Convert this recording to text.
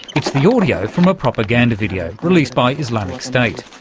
it's the audio from a propaganda video released by islamic state,